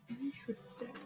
Interesting